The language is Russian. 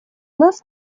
нас